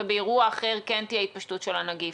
ובאירוע אחר כן תהיה התפשטות של הנגיף.